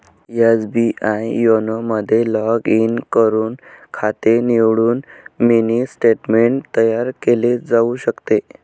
SBI YONO मध्ये log in करून खाते निवडून मिनी स्टेटमेंट तयार केले जाऊ शकते